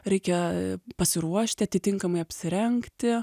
reikia pasiruošti atitinkamai apsirengti